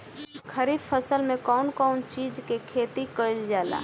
खरीफ फसल मे कउन कउन चीज के खेती कईल जाला?